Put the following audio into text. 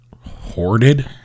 hoarded